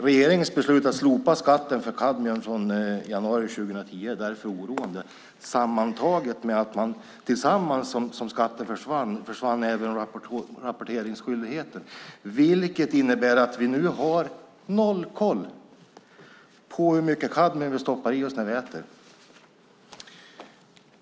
Regeringens beslut att slopa skatten för kadmium från januari 2010 är därför oroande, sammantaget med att även rapporteringsskyldigheten försvann samtidigt som skatten försvann, vilket innebär att vi nu har noll koll på hur mycket kadmium vi stoppar i oss när vi äter.